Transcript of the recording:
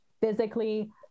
physically